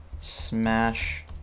smash